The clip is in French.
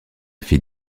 fait